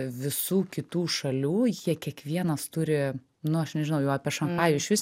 visų kitų šalių jie kiekvienas turi nu aš nežinau jau apie šanchajų išvis